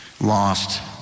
lost